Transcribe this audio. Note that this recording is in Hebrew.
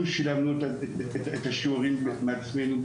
אנחנו שילמנו את השיעורים בעצמנו,